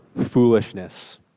foolishness